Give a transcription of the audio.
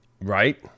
right